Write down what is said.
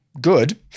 good